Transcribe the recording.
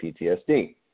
PTSD